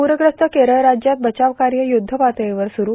पूरग्रस्त केरळ राज्यात बचाव कार्य युद्ध पातळीवर सुरू